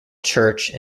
church